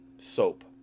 soap